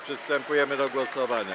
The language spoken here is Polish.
Przystępujemy do głosowania.